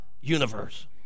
universe